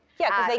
yeah, like